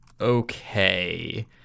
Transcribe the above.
okay